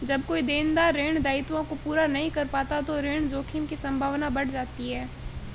जब कोई देनदार ऋण दायित्वों को पूरा नहीं कर पाता तो ऋण जोखिम की संभावना बढ़ जाती है